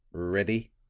ready?